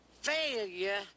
failure